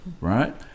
right